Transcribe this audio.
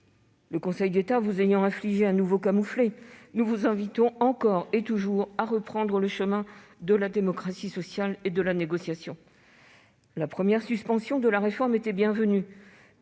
Le Conseil d'État vous ayant infligé un nouveau camouflet, nous vous invitons encore et toujours à reprendre le chemin de la démocratie sociale et de la négociation. La première suspension de la réforme était bienvenue,